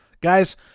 guys